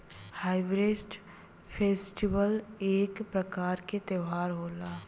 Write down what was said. harvest festival एक प्रकार क त्यौहार होला